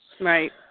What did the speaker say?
Right